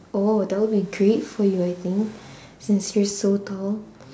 oh that will be great for you I think since you're so tall